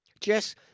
Jess